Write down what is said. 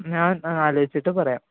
ഞാൻ ആലോചിച്ചിട്ട് പറയാം